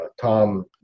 Tom